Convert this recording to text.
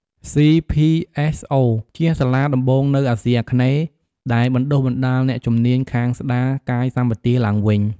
សុី ភី អេស អូ CPSO ជាសាលាដំបូងនៅអាសុីអាគ្នេហ៍ ដែលបណ្តុះបណ្ដាលអ្នកជំនាញខាងស្ដាយកាយសម្បទាឡើងវិញ។